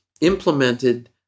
Implemented